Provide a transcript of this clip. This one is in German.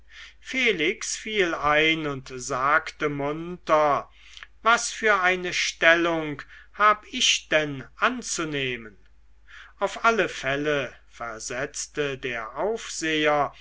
felix fiel ein und sagte munter was für eine stellung hab ich denn einzunehmen auf alle fälle versetzte der aufseher